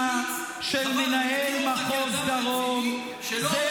של מנהל מחוז דרום -- סתם להשמיץ.